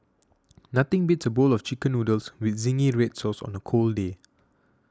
nothing beats a bowl of Chicken Noodles with Zingy Red Sauce on a cold day